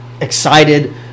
excited